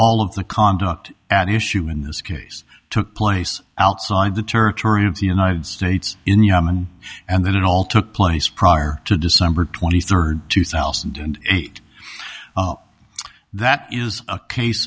all of the conduct at issue in this case took place outside the territory of the united states in yemen and that it all took place prior to december twenty third two thousand and eight that is a case